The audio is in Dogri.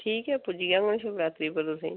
ठीक ऐ पुज्जी जाङन शिवरात्री पर तुसें गी